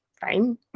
fine